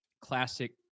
classic